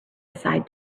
aside